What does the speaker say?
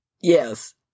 Yes